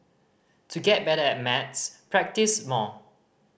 to get better at Maths practise more